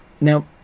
Now